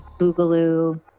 boogaloo